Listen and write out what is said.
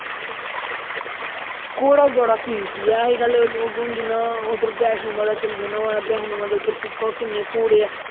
घोड़ा बड़ा कीमती ऐ अजकल लोक हून जियां उद्धर बैष्मौ माता चली जाना उनें बैष्णौ माता उद्धर दिक्खो किन्ने घोडे़